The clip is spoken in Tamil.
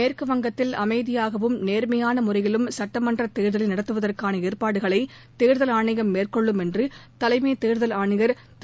மேற்குவங்கத்தில் அமைதியாகவும் நேர்மையான முறையிலும் சட்டமன்ற தேர்தலை நடத்துவதற்கான ஏற்பாடுகளை தேர்தல் ஆணையம் மேற்கொள்ளும் என்று தலைமைத் தேர்தல் ஆணையர் திரு